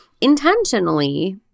intentionally